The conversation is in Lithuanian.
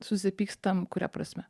susipykstam kuria prasme